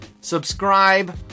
Subscribe